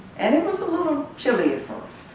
and it was a little chilly at first,